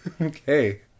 Okay